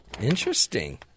Interesting